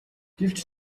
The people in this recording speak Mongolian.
гэвч